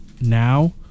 now